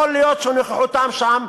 יכול להיות שנוכחותם שם,